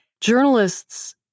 Journalists